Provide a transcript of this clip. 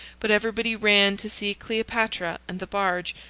but everybody ran to see cleopatra and the barge,